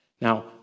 Now